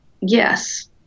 Yes